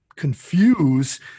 confuse